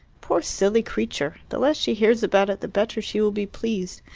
poor silly creature. the less she hears about it the better she will be pleased.